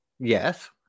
yes